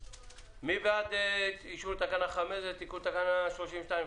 מי בעד אישור תקנה 5 תיקון תקנה 32ח?